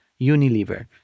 Unilever